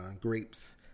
grapes